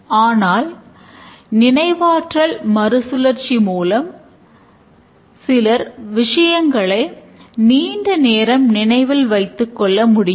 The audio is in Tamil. ஆனால் நினைவாற்றல் மறுசுழற்சி மூலம் சிலர் விஷயங்களை நீண்ட நேரம் நினைவில் வைத்துக்கொள்ள முடியும்